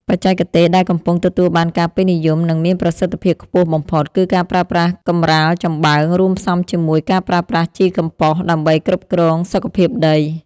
បច្ចេកទេសដែលកំពុងទទួលបានការពេញនិយម និងមានប្រសិទ្ធភាពខ្ពស់បំផុត គឺការប្រើប្រាស់កម្រាលចំបើងរួមផ្សំជាមួយការប្រើប្រាស់ជីកំប៉ុស្តដើម្បីគ្រប់គ្រងសុខភាពដី។